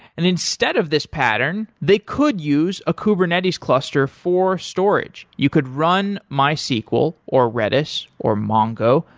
and instead of this pattern, they could use a kubernetes cluster for storage. you could run mysql, or redis, or mongo,